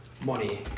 money